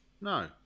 No